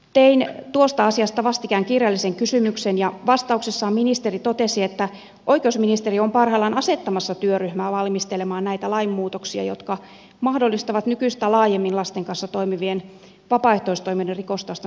tein tuosta asiasta vastikään kirjallisen kysymyksen ja vastauksessaan ministeri totesi että oikeusministeriö on parhaillaan asettamassa työryhmää valmistelemaan näitä lainmuutoksia jotka mahdollistavat nykyistä laajemmin vapaaehtoistoiminnassa lasten kanssa toimivien rikostaustan selvittämisen